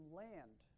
land